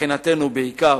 מבחינתנו בעיקר